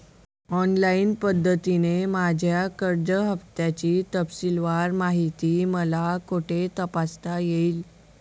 Online पद्धतीने माझ्या कर्ज हफ्त्याची तपशीलवार माहिती मला कुठे तपासता येईल?